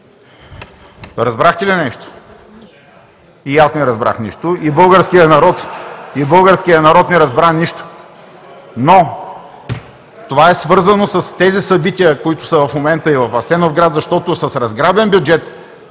разбрах нищо. (Смях, оживление.) И българският народ не разбра нищо. Но това е свързано с тези събития, които са в момента и в Асеновград, защото с разграбен бюджет